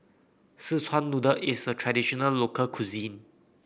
Szechuan Noodle is a traditional local cuisine